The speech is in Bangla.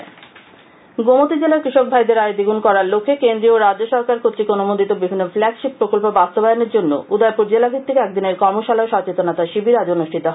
কর্মশালা গোমতী জেলার কৃষক ভাইদের আয় দ্বিগুণ করার লক্ষ্যে কেন্দ্রীয় ও রাজ্য সরকার কর্তৃক অনুমোদিত বিভিন্ন ফ্ল্যাগশিপ প্রকল্প বাস্তবায়নের জন্য উদযপুর জেলা ভিত্তিক একদিনের কর্মশালা ও সচেতনতা শিবির আজ অনুষ্ঠিত হয়